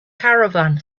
caravan